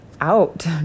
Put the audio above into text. out